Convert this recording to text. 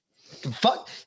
fuck